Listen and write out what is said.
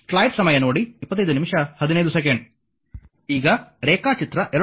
ಈಗ ರೇಖಾಚಿತ್ರ 2